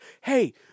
hey